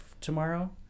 tomorrow